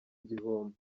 gihombo